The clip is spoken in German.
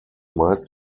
meist